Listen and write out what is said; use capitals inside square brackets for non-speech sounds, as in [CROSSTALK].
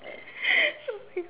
[LAUGHS] oh my god